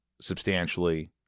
substantially